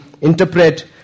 interpret